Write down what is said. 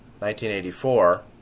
1984